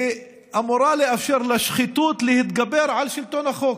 היא אמורה לאפשר לשחיתות להתגבר על שלטון החוק.